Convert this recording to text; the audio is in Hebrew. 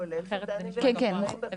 כולל סודנים ואריתראים, כן.